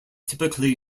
typically